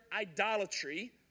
idolatry